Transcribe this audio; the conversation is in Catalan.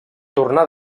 tornar